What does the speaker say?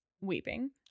weeping